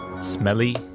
smelly